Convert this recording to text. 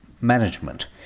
management